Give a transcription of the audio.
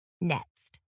Next